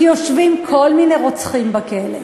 כי יושבים כל מיני רוצחים בכלא,